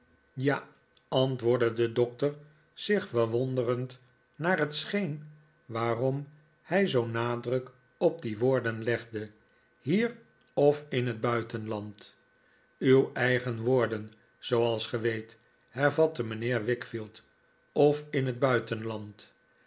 ja antwoordde de doctor zich verwonderend naar het scheen waarom hij zoo'n nadruk op die woorden legde hier of in het buitenland uw eigen woorden zooals ge weet hervatte mijnheer wickfield of in het buitenland